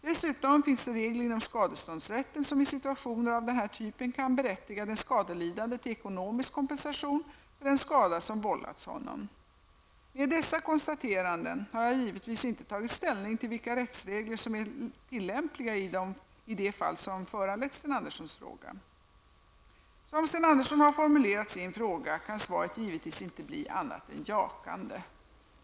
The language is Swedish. Dessutom finns det regler inom skadeståndsrätten som i situationer av den här typen kan berättiga den skadelidande till ekonomisk kompensation för den skada som vållats honom. Med dessa konstateranden har jag givetvis inte tagit ställning till vilka rättsregler som är tillämpliga i det fall som föranlett Sten Anderssons fråga. Som Sten Andersson har formulerat sin fråga, kan svaret givetvis inte bli annat än jakande.